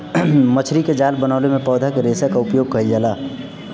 मछरी के जाल बनवले में पौधा के रेशा क उपयोग कईल जाला